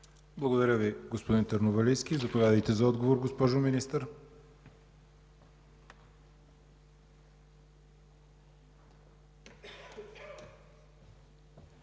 Благодаря Ви, господин Търновалийски. Заповядайте за отговор, госпожо Министър.